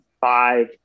five